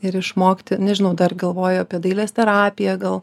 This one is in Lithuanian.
ir išmokti nežinau dar galvoju apie dailės terapiją gal